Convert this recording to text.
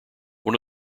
one